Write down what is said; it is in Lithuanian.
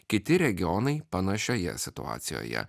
kiti regionai panašioje situacijoje